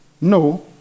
No